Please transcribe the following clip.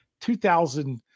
2000